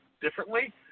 differently